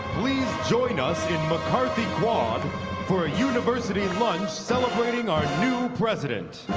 please join us in mccarthy quad for university lunch celebrating our new president.